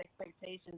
expectations